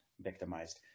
victimized